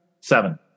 seven